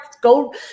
go